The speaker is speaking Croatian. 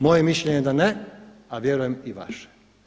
Moje mišljenje je da ne, a vjerujem i vaše.